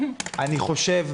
אני חושב,